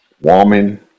woman